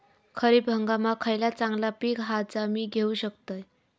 खरीप हंगामाक खयला चांगला पीक हा जा मी घेऊ शकतय?